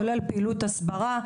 כולל פעילות הסברה,